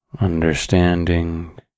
understanding